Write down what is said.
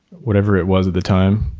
whatever it was at the time.